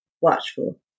Watchful